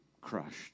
crushed